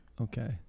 Okay